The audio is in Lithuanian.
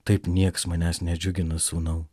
taip nieks manęs nedžiugina sūnau